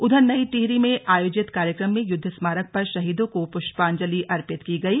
उधर नई टिहरी में आयोजित कार्यक्रम में युद्ध स्मारक पर शहीदों को पुष्पांजलि अर्पित की गई